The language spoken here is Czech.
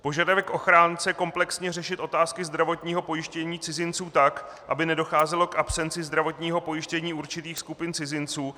Požadavek ochránce komplexně řešit otázky zdravotního pojištění cizinců tak, aby nedocházelo k absenci zdravotního pojištění určitých skupin cizinců.